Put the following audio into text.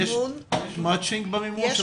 יש מצ'ינג במימון?